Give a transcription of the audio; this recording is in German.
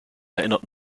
erinnert